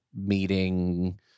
meeting